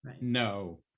no